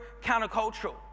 countercultural